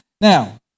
Now